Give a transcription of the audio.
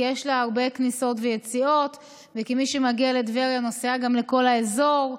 כי יש לה הרבה כניסות ויציאות וכי מי שמגיע לטבריה נוסע גם לכל האזור,